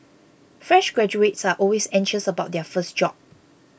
fresh graduates are always anxious about their first job